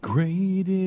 Great